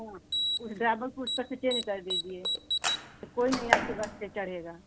हाँ उस ड्राइबर को उस पर से चेंज कर दीजिए फिर कोई नहीं आपके बस पर चढ़ेगा